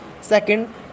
Second